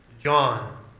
John